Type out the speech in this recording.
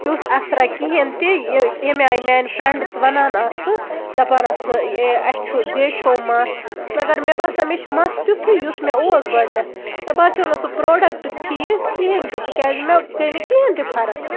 تیُتھ اَثرا کِہینۍ تہِ ییٚمہِ آیہِ میٲنۍ فرنڈٔس وَنان آسہٕ دَپان آسہٕ اَسہِ زیٹھیو مَس مَگر مےٚ باسان مےٚ چھُ مَس تیُتھُے یُس مےٚ اوس گۄڈٕنیتھ مےٚ باسیو نہٕ سُہ پروڈَکٹ ٹھیٖک کِہینۍ تہِ تِکیازِ مےٚ گٔے نہٕ کِہینۍ تہِ فرق